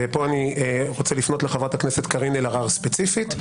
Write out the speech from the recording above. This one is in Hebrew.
ופה אני רוצה לפנות לחברת הכנסת קארין אלהרר ספציפית.